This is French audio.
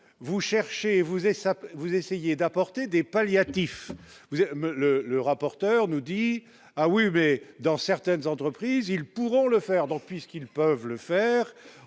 vous essayez d'apporter des palliatifs vous le le rapporteur nous dit : ah oui mais dans certaines entreprises, ils pourront le faire, donc, puisqu'ils peuvent le faire,